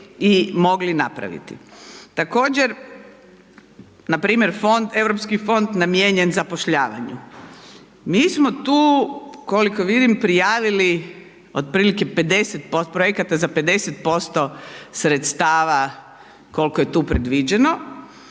i mogli napraviti. Također, npr. fond, Europski fond namijenjen zapošljavanju mi smo tu koliko vidim prijavili otprilike 50, projekata za 50% sredstava kolko je tu predviđeno,